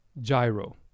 Gyro